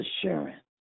assurance